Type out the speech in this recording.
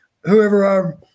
whoever